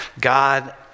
God